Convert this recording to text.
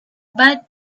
but